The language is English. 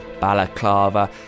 balaclava